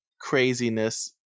craziness